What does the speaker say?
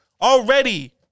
already